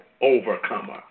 overcomer